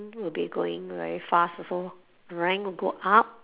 would be going very fast also rank will go up